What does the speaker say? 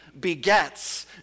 begets